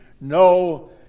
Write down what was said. No